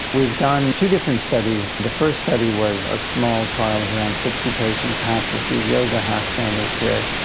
we've done two different studies the first study was a small trial of around sixty patients, half received yoga, half standard care,